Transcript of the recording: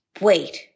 Wait